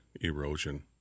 erosion